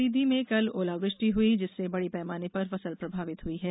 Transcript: सीधी में कल ओलावृष्टि हुई जिससे बड़े पैमाने पर फसल प्रभावित हुई है